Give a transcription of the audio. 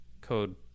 code